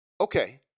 Okay